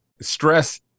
stress